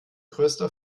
größter